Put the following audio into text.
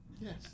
Yes